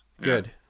Good